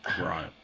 right